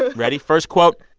ready? first quote,